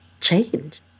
change